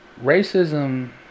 Racism